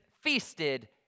feasted